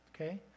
okay